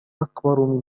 أكبر